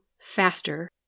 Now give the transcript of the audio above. faster